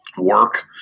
work